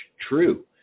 true